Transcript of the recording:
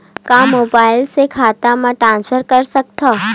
का मोबाइल से खाता म ट्रान्सफर कर सकथव?